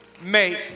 make